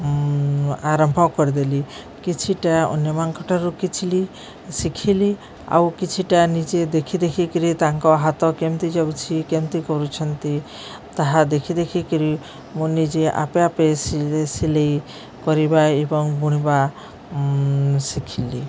ଆରମ୍ଭ କରିଦେଲି କିଛିଟା ଅନ୍ୟମାନଙ୍କ ଠାରୁ ଶିଖିଲି ଆଉ କିଛିଟା ନିଜେ ଦେଖି ଦେଖି କିରି ତାଙ୍କ ହାତ କେମିତି ଯାଉଛି କେମିତି କରୁଛନ୍ତି ତାହା ଦେଖି ଦେଖି କିରି ମୁଁ ନିଜେ ଆପେ ଆପେ ସିଲେଇ କରିବା ଏବଂ ବୁଣିବା ଶିଖିଲି